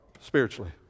spiritually